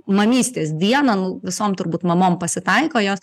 mamystės dieną nu visom turbūt mamom pasitaiko jos